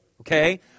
okay